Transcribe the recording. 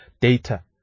data